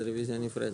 זה רוויזיה נפרדת.